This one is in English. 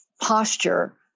posture